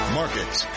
markets